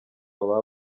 baba